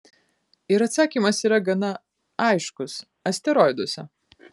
ir atsakymas yra gana aiškus asteroiduose